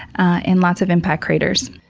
and lots of impact craters.